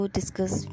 discuss